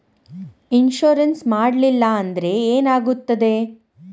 Insurance ಮಾಡಲಿಲ್ಲ ಅಂದ್ರೆ ಏನಾಗುತ್ತದೆ?